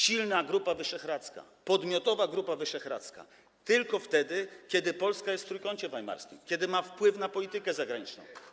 Silna Grupa Wyszehradzka, podmiotowa Grupa Wyszehradzka, tylko wtedy, kiedy Polska jest w Trójkącie Weimarskim, kiedy ma wpływ na politykę zagraniczną.